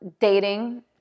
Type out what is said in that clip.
dating